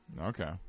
Okay